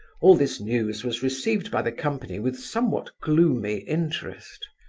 all this news was received by the company with somewhat gloomy interest.